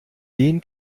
den